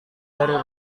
dari